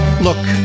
Look